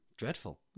Dreadful